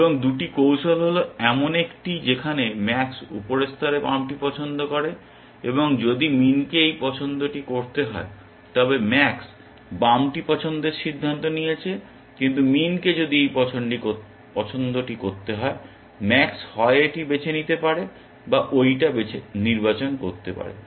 এবং 2টি কৌশল হল এমন একটি যেখানে ম্যাক্স উপরের স্তরে বামটি পছন্দ করে এবং যদি মিনকে এই পছন্দটি করতে হয় তবে ম্যাক্স বামটি পছন্দের সিদ্ধান্ত নিয়েছে কিন্তু মিনকে যদি এই পছন্দটি করতে হয় ম্যাক্স হয় এটি বেছে নিতে পারে বা ঐটা নির্বাচন করতে পারে